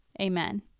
Amen